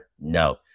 no